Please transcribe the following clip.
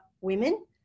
women